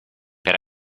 per